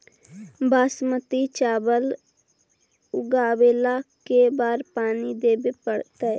बासमती चावल उगावेला के बार पानी देवे पड़तै?